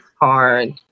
Hard